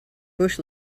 bush